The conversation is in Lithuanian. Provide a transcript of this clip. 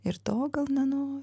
ir to gal nenoriu